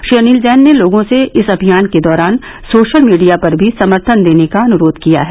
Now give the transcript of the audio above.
श्री अनिल जैन ने लोगों से इस अभियान के दौरान सोशल मीडिया पर भी समर्थन देने का अनुरोध किया है